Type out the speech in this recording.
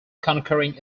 concurring